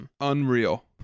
unreal